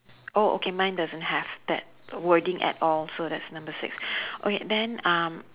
oh okay mine doesn't have that wording at all so that's number six okay then um